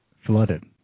flooded